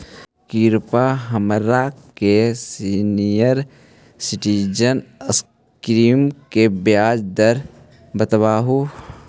कृपा हमरा के सीनियर सिटीजन स्कीम के ब्याज दर बतावहुं